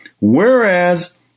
Whereas